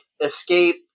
escape